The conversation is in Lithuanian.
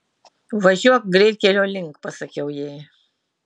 važiuok greitkelio link pasakiau jai